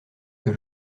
que